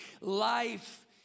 life